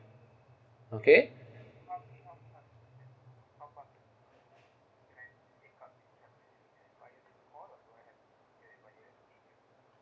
okay